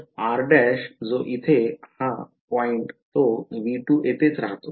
तर r' जो येथे हा पॉईंट तो V2 येथेच राहतो